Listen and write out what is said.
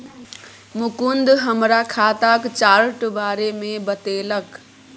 मुकुंद हमरा खाताक चार्ट बारे मे बतेलक